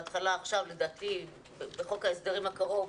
בהתחלה, עכשיו לדעתי, בחוק ההסדרים הקרוב,